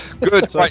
Good